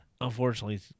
unfortunately